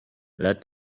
let